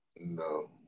No